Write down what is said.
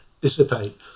dissipate